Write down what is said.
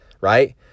right